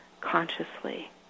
Consciously